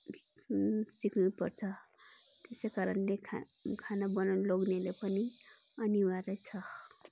सिक्नुपर्छ त्यसै कारणले खा खाना बनाउनु लोग्नेले पनि अनिवार्य छ